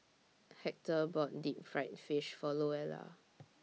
Hector bought Deep Fried Fish For Louella